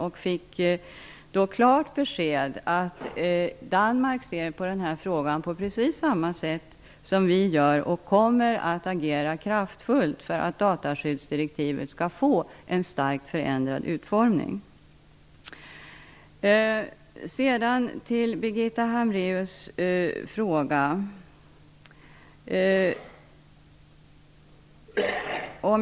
Jag fick då klart besked om att Danmark ser på denna fråga på precis samma sätt som vi gör och att Danmark kommer att agera kraftfullt för att dataskyddsdirektivet skall få en starkt förändrad utformning. Sedan har vi Birgitta Hambraeus fråga.